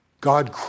God